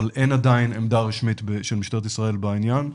אבל אין עדיין עמדה רשמית של משטרת ישראל בעניין.